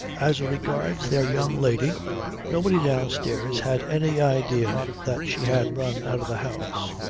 as regards their young lady nobody downstairs had any idea that she had run out of the house.